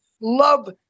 love